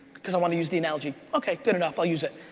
because i want to use the analogy. okay, good enough, i'll use it.